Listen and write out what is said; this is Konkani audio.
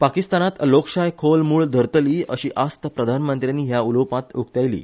पाकिस्तानात लोकशाय खोल मूळ धरतली अशी आस्त प्रधानमंत्र्यानी ह्या उलोवपांत उक्तायली